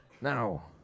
Now